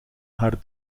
haar